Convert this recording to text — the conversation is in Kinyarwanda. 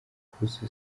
kuzuza